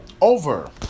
over